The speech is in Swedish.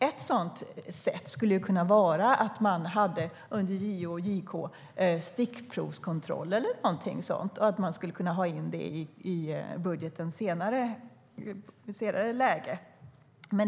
Ett sätt skulle kunna vara att under JO och JK göra stickprovskontroller eller liknande och att man skulle kunna ta in det i budgeten i ett senare läge.